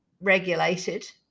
regulated